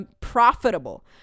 profitable